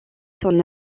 son